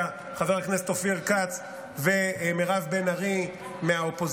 חבר הכנסת אופיר כץ ולמירב בן ארי מהאופוזיציה,